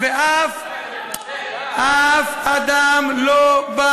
סגן השר, אף אדם לא בא